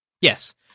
yes